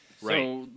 Right